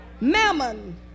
Mammon